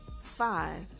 Five